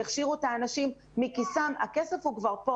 שהכשירו את האנשים מכיסם הכסף הוא כבר כאן.